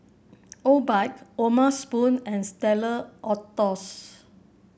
Obike O'ma Spoon and Stella Artois